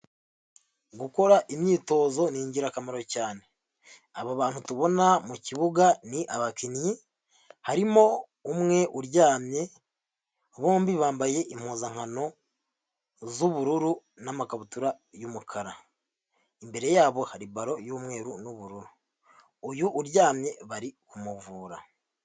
Gukora imyitozo ni ingirakamaro cyane. Aba bantu tubona mu kibuga ni abakinnyi, harimo umwe uryamye, bombi bambaye impuzankano z'ubururu n'amakabutura y'umukara. Imbere yabo hari baro y'umweru n'ubururu. Uyu uryamye bari kumuvura.